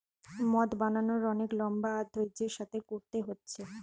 মদ বানানার অনেক লম্বা আর ধৈর্য্যের সাথে কোরতে হচ্ছে